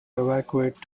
evacuate